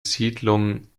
siedlung